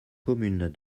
commune